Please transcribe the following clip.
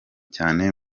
cyane